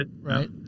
Right